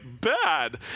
bad